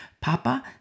Papa